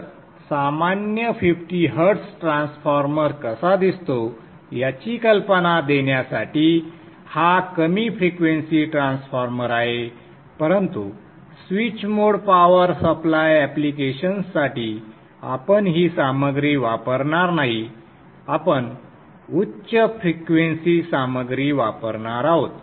तर सामान्य 50 hertz transformer कसा दिसतो याची कल्पना देण्यासाठी हा कमी फ्रिक्वेंसी ट्रान्सफॉर्मर आहे परंतु स्विच मोड पॉवर सप्लाय ऍप्लिकेशन्ससाठी आपण ही सामग्री वापरणार नाही आपण उच्च फ्रिक्वेंसी सामग्री वापरणार आहोत